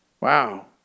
wow